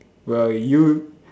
well you